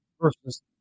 versus